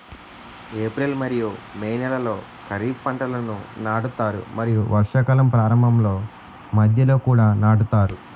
April మరియు May నెలలో ఖరీఫ్ పంటలను నాటుతారు మరియు వర్షాకాలం ప్రారంభంలో మధ్యలో కూడా నాటుతారు